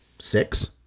six